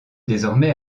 désormais